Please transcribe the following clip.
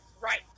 Right